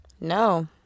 No